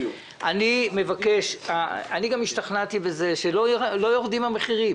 אני גם השתכנעתי בכך שלא יורדים המחירים.